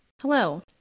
Hello